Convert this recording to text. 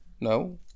No